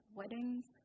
weddings